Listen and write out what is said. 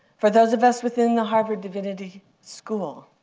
for those of us within the harvard divinity school